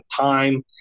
time